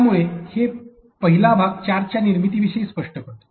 त्यामुळे हे पहिला भाग चार्जच्या निर्मितीविषयी स्पष्ट करतो